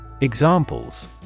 Examples